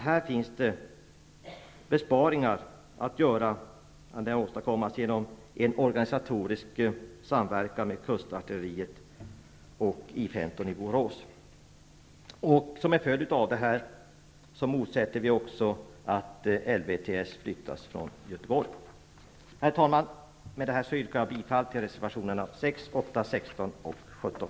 Här kan besparingar åstadkommas genom en organisatorisk samverkan med kustartilleriet och I 15 i Borås. Som en följd av detta motsätter vi oss också att LvTS Herr talman! Med detta yrkar jag bifall till reservationerna 6, 8, 16 och 17.